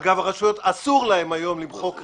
אגב, לרשויות היום אסור למחוק ריבית.